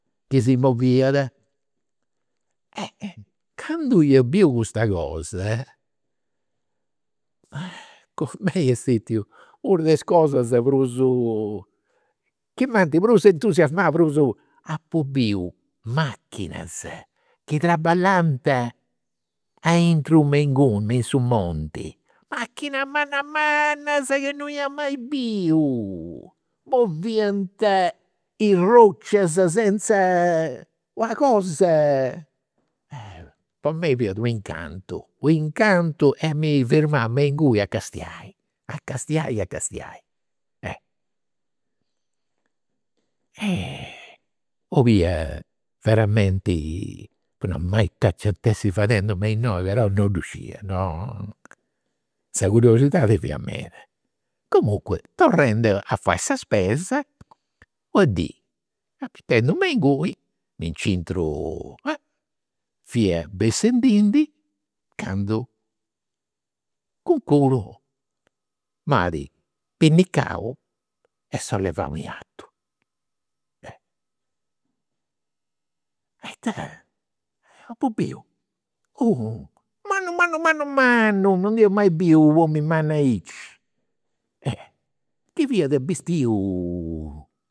Chi si moviat. Candu ia biu custa cosa, ma, po mei est una de is cosas prus chi m'ant prus entusiasmau, prus. Apu biu machinas chi traballant aintru me inguni, aintru de su monti, machinas mannas mannas ca non ia mai biu. Moviant is roccias senza, una cosa. Po mei fiat u' incantu, u' incantu e mi firmau inguni a castiai, a castiai, a castiai. 'Olia veramenti, apu nau, ma ita nci ant'essi fadendi innoi, ma scidia, non. Sa curiosidadi fiat meda. Comunque torrendi a fai sa spesa, una dì, capitendu inguni, mi nc'intru, fia bessendindi, candu calincunu m'at pinnicau e sollevau in artu. E ita. Apu biu unu mannu mannu mannu mannu, non nd'ia mai biu u' omini mannu aici, chi fiat bistiu